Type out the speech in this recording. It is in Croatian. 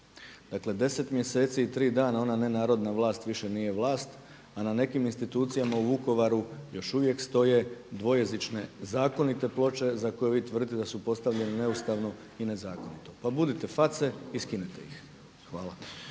Dakle 10 mjeseci i 3 dana ona nenarodna vlast više nije vlast, a na nekim institucijama u Vukovaru još uvijek stoje dvojezične zakonite ploče za koje vi tvrdite da su postavljene neustavno i nezakonito, pa budite face i skinite ih. Hvala.